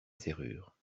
serrure